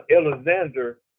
Alexander